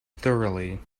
thoroughly